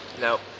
No